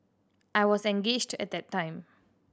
I was engaged at that time